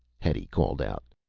hetty called out.